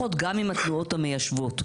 עם התנועות המיישבות.